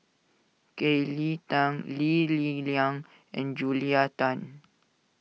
Kelly Tang Lee Li Lian and Julia Tan